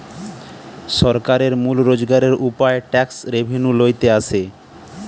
সরকারের মূল রোজগারের উপায় ট্যাক্স রেভেন্যু লইতে আসে